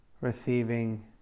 receiving